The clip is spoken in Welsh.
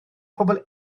pobl